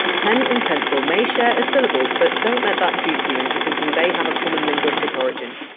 pen and pencil may share a syllable, but don't let that dupe you into thinking they have a common linguistic origin.